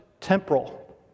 Temporal